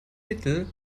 mittel